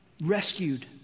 rescued